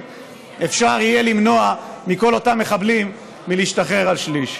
אפשר יהיה למנוע מכל אותם מחבלים להשתחרר בשליש.